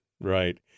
right